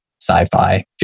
sci-fi